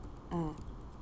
mm